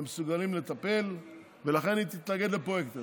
הם מסוגלים לטפל, ולכן היא תתנגד לפרויקטור.